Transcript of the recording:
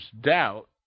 doubt